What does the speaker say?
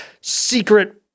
secret